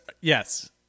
Yes